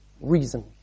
reason